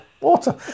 water